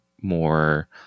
more